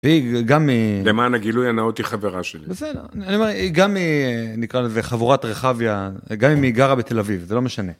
היא גם... למען הגילוי הנאות היא חברה שלי. זה... אני אומר, היא גם נקרא לזה חבורת רחביה, גם אם היא גרה בתל אביב, זה לא משנה.